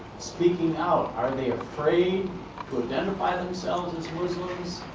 speaking out. are they afraid to identify themselves as muslims?